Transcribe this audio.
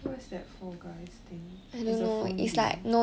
what is that four guys thing it's a phone game